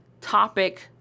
topic